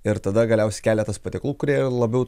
ir tada galiausiai keletas patiekalų kurie jau labiau